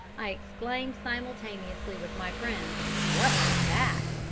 i exclaimed simultaneously with my friends what was that?